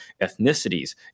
ethnicities